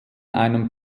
einem